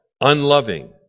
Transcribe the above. unloving